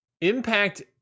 Impact